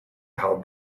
how